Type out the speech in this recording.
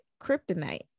kryptonite